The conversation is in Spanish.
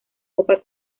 copa